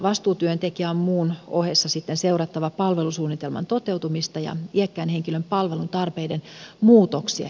vastuutyöntekijän on muun ohessa seurattava palvelusuunnitelman toteutumista ja iäkkään henkilön palvelutarpeiden muutoksia